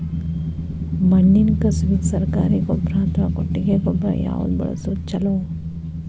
ಮಣ್ಣಿನ ಕಸುವಿಗೆ ಸರಕಾರಿ ಗೊಬ್ಬರ ಅಥವಾ ಕೊಟ್ಟಿಗೆ ಗೊಬ್ಬರ ಯಾವ್ದು ಬಳಸುವುದು ಛಲೋ?